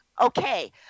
okay